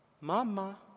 Mama